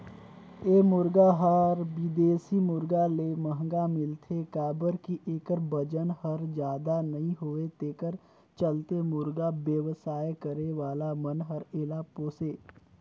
ए मुरगा हर बिदेशी मुरगा ले महंगा मिलथे काबर कि एखर बजन हर जादा नई होये तेखर चलते मुरगा बेवसाय करे वाला मन हर एला पोसे